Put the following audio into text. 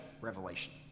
revelation